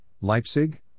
Leipzig